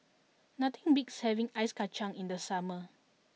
nothing beats having ice kacang in the summer